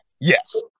Yes